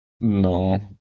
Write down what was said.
No